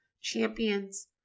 Champions